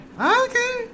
Okay